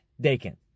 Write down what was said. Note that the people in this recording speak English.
Dakin